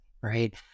right